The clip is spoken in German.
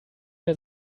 der